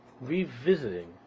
revisiting